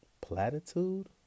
platitude